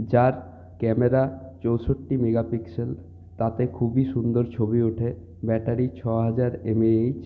যার ক্যামেরা চৌষট্টি megapixel তাতে খুবই সুন্দর ছবি ওঠে ব্যাটারি ছহাজার এমএএইচ